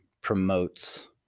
promotes